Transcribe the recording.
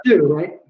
Right